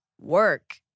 work